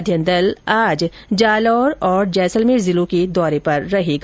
अध्ययन दल आज जालोर और जैसलमेर जिलों के दौरे पर रहेगा